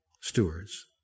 stewards